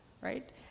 right